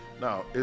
Now